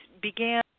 began